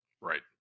Right